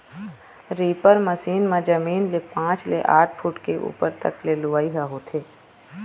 reaper machine म जमीन ले पाँच ले आठ फूट के उप्पर तक के लुवई ह होथे